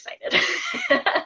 excited